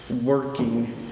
working